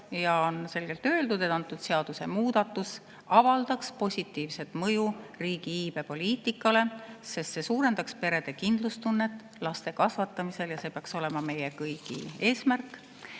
on selgelt öeldud, et antud seadusemuudatus avaldaks positiivset mõju riigi iibepoliitikale, sest see suurendaks perede kindlustunnet laste kasvatamisel, ja see peaks olema meie kõigi eesmärk.